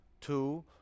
two